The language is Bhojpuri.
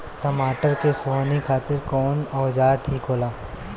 टमाटर के सोहनी खातिर कौन औजार ठीक होला?